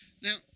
Now